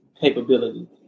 capability